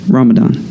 Ramadan